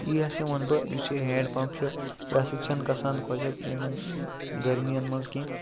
یی ہَسا وَنہٕ بہٕ یُس یہِ ہینٛڈ پَمپ چھُ یہِ ہسا چھنہٕ گژھان خۄشَک یِمَن گرمِیَن منٛز کینٛہہ